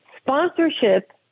Sponsorship